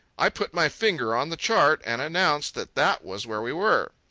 i put my finger on the chart and announced that that was where we were.